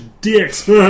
dicks